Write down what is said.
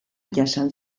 jasan